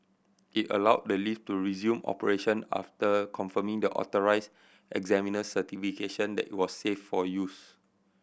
it allow the lift to resume operation after confirming the authorise examiner's certification that it was safe for use